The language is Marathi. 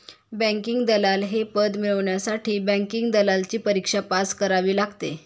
बँकिंग दलाल हे पद मिळवण्यासाठी बँकिंग दलालची परीक्षा पास करावी लागते